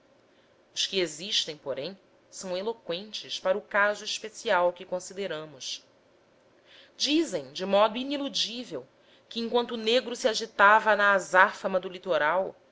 os que existem porém são eloqüentes para o caso especial que consideramos dizem de modo iniludível que enquanto o negro se agitava na azáfama do litoral